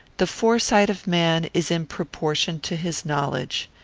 the foresight of man is in proportion to his knowledge.